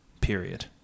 period